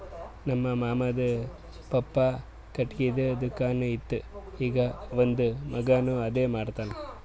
ನಮ್ ಮಾಮಾದು ಪಪ್ಪಾ ಖಟ್ಗಿದು ದುಕಾನ್ ಇತ್ತು ಈಗ್ ಅವಂದ್ ಮಗಾನು ಅದೇ ಮಾಡ್ತಾನ್